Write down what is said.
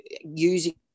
using